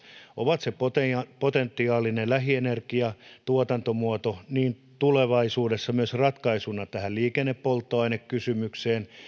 ovat potentiaalinen lähienergiatuotantomuoto ja tulevaisuudessa myös ratkaisu tähän liikennepolttoainekysymykseen